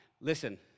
listen